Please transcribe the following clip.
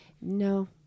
no